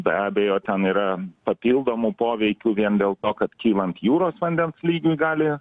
be abejo ten yra papildomų poveikių vien dėl to kad kylant jūros vandens lygiui gali